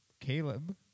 Caleb